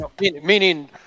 Meaning